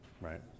right